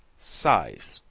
size.